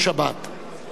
כך שהשנה,